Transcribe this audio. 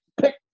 pick